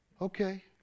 Okay